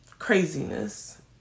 craziness